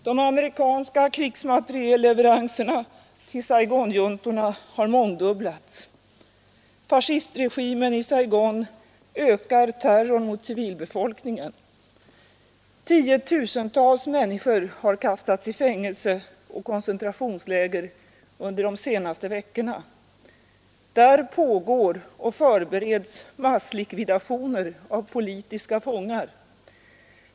De amerikanska krigsmaterielleveranserna till Saigonjuntan har mångdubblats. Fascistregimen i Saigon ökar terrorn mot civilbefolkningen. Tiotusentals människor har kastats i fängelser och koncentrationsläger under de senaste veckorna. Där pågår och förbereds masslikvidation av politiska fångar.